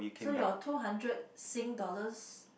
so your two hundred Sing dollars